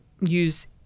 use